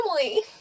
family